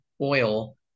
oil